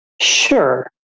sure